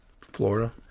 Florida